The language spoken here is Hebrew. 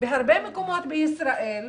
בהרבה מקומות בישראל,